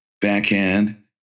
backhand